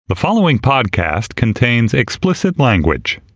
the following podcast contains explicit language